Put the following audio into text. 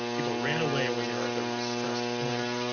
people ran away when they are at their most stressed point.